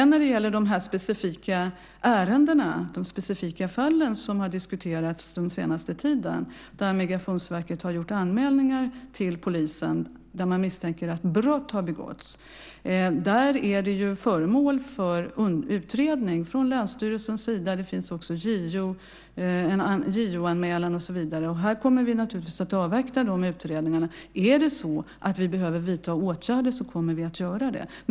När det sedan gäller de specifika fallen, som har diskuterats den senaste tiden där Migrationsverket har gjort anmälningar till polisen då man misstänker att brott har begåtts, är de föremål för utredning från länsstyrelsens sida. Det finns också en JO-anmälan och så vidare. Vi kommer naturligtvis att avvakta de utredningarna. Om det är så att vi behöver vidta åtgärder kommer vi att göra det.